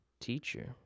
teacher